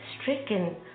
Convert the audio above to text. stricken